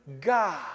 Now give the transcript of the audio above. God